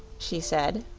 she said.